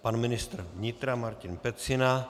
Pan ministr vnitra Martin Pecina.